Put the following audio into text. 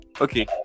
okay